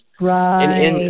Right